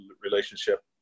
relationship